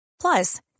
Plus